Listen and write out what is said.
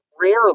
rarely